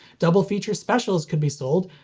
double-feature specials could be sold,